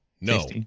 No